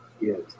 Yes